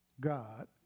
God